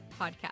Podcast